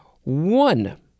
One